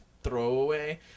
Throwaway